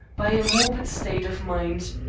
by a morbid state of mind.